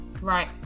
Right